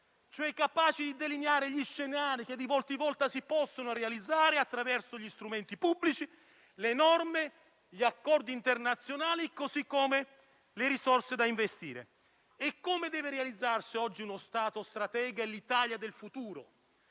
cioè, di delineare gli scenari che, di volta in volta, si possono realizzare attraverso gli strumenti pubblici, le norme, gli accordi internazionali, così come le risorse da investire. Come devono realizzarsi, oggi, uno Stato stratega e l'Italia del futuro?